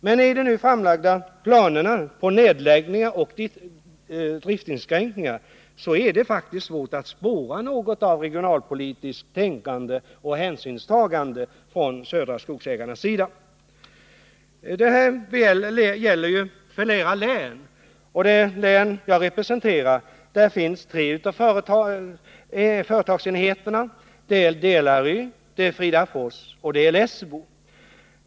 Men i de nu framlagda planerna på nedläggningar och driftsinskränkningar är det svårt att spåra något av regionalpolitiskt tänkande och hänsynstagande från Södra Skogsägarnas sida. Detta gäller flera län. I det län jag representerar finns tre av företagsenheterna, nämligen Delary, Fridafors och Lessebo.